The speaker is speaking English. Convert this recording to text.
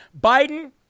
Biden